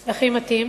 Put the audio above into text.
מה הכי מתאים?